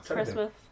Christmas